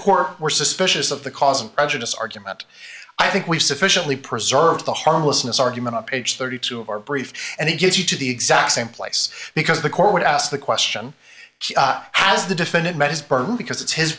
court were suspicious of the cause and prejudice argument i think we've sufficiently preserved the harmlessness argument on page thirty two of our briefs and it gives you the exact same place because the court would ask the question as the defendant met his burden because it's his